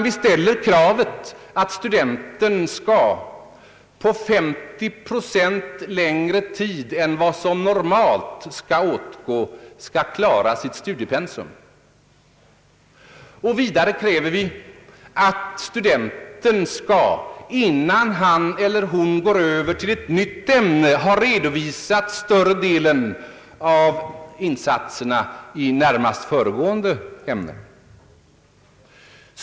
Vi kräver att studenten på 50 procent längre tid än vad som normalt bör åtgå skall klara sitt studiepensum. Vidare kräver vi att studenten, innan han eller hon går över till ett nytt ämne, skall ha redovisat större delen av insatserna i närmast föregående ämne.